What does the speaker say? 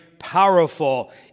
powerful